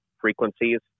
frequencies